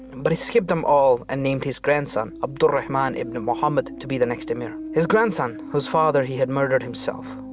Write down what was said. but he skipped them all and he named his grandson, abd al-rahman ibn muhammad to be the next emir. his grandson, whose father, he had murdered himself.